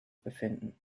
befinden